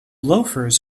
loafers